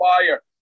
fire